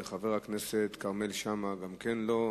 וחבר הכנסת כרמל שאמה גם כן לא נמצא.